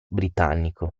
britannico